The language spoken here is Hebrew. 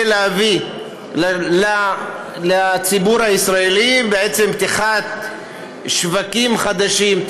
להביא לציבור הישראלי: פתיחת שווקים חדשים,